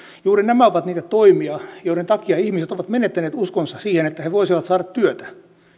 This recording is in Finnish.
juuri nämä ovat niitä toimia joiden takia ihmiset ovat menettäneet uskonsa siihen että he voisivat saada työtä